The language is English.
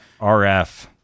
RF